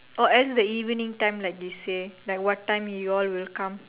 or else the evening time like you say like what time you all will come